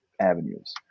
avenues